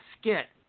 skit